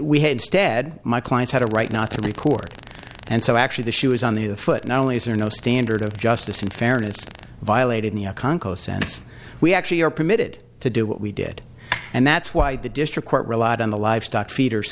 we had stead my client had a right not to report and so actually the shoe is on the foot not only is there no standard of justice and fairness to violate in the congo sense we actually are permitted to do what we did and that's why the district court relied on the livestock feeders